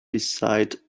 beside